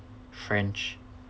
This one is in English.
french